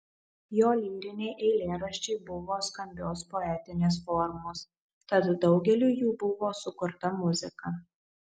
jo lyriniai eilėraščiai buvo skambios poetinės formos tad daugeliui jų buvo sukurta muzika